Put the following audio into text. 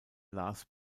lars